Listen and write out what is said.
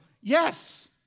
Yes